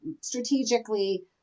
strategically